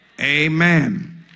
Amen